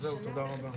זהו, תודה רבה.